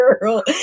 Girl